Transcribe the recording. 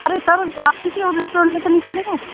ارے sir آپ کسی اور ریسٹورینٹ میں تو نہیں چلے گئے